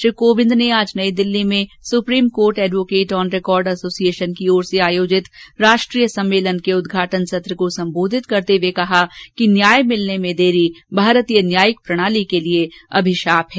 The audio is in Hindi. श्री कोविंद ने आज नई दिल्ली में supreme court advocate on record association की ओर से आयोजित राष्ट्रीय सम्मेलन के उद्घाटन सत्र को सम्बोधित करते हुए कहा कि न्याय मिलने में देरी भारतीय न्यायिक प्रणाली के लिए अभिशाप है